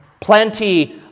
Plenty